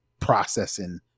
processing